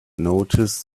noticed